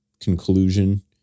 conclusion